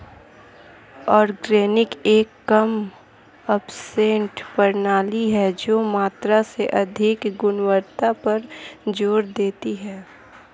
organic एक कम अपशिष्ट प्रणाली है जो मात्रा से अधिक गुणवत्ता पर जोर देती है